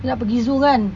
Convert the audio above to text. ya kita nak pergi zoo kan